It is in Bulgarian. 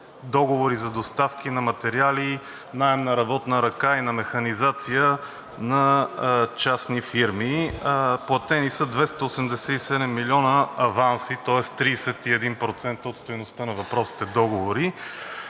договори за доставки на материали, наем на работна ръка и на механизация на частни фирми. Платени са 287 милиона аванси, тоест 31% от стойността на въпросните договори.